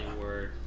word